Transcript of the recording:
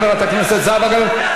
חברת הכנסת זהבה גלאון.